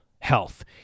health